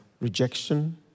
rejection